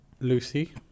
Lucy